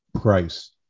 price